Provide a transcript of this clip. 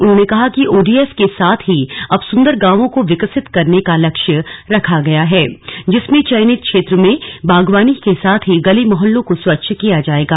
उन्होंने कहा कि ओडीएफ के साथ ही अब सुन्दर गांवों को विकसित करने का लक्ष्य रखा गया है जिसमें चयनित क्षेत्र में बागवानी के साथ ही गली मौहल्लों को स्वच्छ किया जाएगा